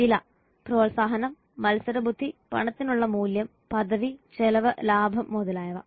വില പ്രോത്സാഹനം മത്സരബുദ്ധി പണത്തിനുള്ള മൂല്യം പദവി ചെലവ് ലാഭം മുതലായവ